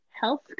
health